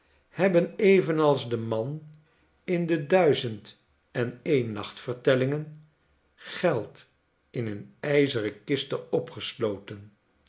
hebben evenals de man in de duizend en een nacht vertellingen geld in hun ijzeren kisten opgesloten